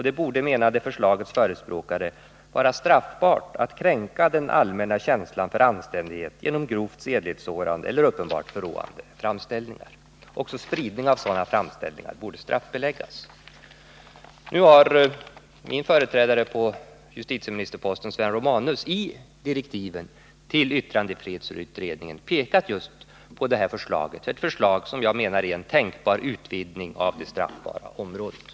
Det borde, menade förslagets förespråkare, vara straffbart att kränka den allmänna känslan för anständighet genom grovt sedlighetssårande eller uppenbart förråande framställningar. Också spridningen av sådana framställningar borde straffbeläggas. Min företrädare på justitieministerposten, Sven Romanus, har i direktiven tillyttrandefrihetsutredningen pekat på det här förslaget — ett förslag som jag menar är en ganska försiktig utvidning av det straffbara området.